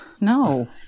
no